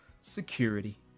security